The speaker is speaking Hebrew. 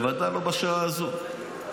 בוודאי לא שעה הזאת.